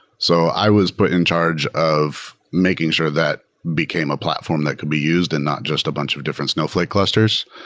so i was put in charge of making sure that became a platform that could be used and not just a bunch of different snowfl ake clusters.